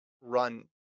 run